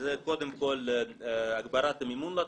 שזה קודם כל הגברת המימון לתחום,